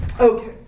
Okay